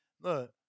Look